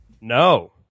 No